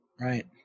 right